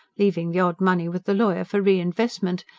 leaving the odd money with the lawyer for re-investment,